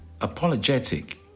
apologetic